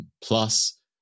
plus